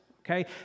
okay